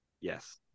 Yes